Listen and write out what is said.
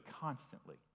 constantly